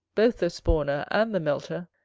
both the spawner and the melter,